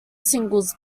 singles